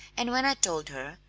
and when i told her,